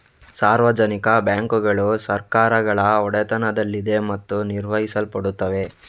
ಸಾರ್ವಜನಿಕ ಬ್ಯಾಂಕುಗಳು ಸರ್ಕಾರಗಳ ಒಡೆತನದಲ್ಲಿದೆ ಮತ್ತು ನಿರ್ವಹಿಸಲ್ಪಡುತ್ತವೆ